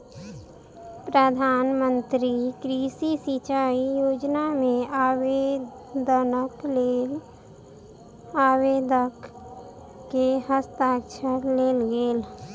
प्रधान मंत्री कृषि सिचाई योजना मे आवेदनक लेल आवेदक के हस्ताक्षर लेल गेल